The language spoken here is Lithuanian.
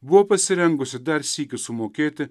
buvo pasirengusi dar sykį sumokėti